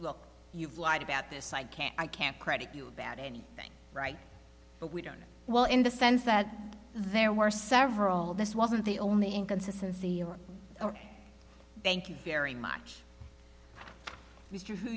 look you've lied about this i can't i can't credit you about any thing right but we don't well in the sense that there were several this wasn't the only inconsistency or thank you very much